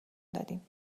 دادیم